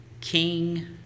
king